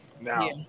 Now